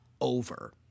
over